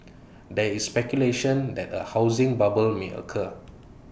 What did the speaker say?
there is speculation that A housing bubble may occur